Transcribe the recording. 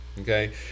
Okay